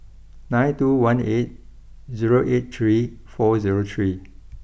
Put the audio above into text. nine two one eight zero eight three four zero three